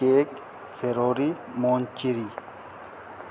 cake فروری مونچیری